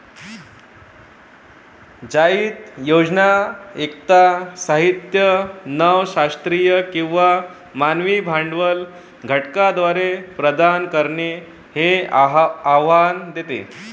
जातीय उद्योजकता साहित्य नव शास्त्रीय किंवा मानवी भांडवल घटकांद्वारे प्रदान करणे हे आव्हान देते